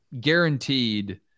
guaranteed